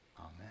Amen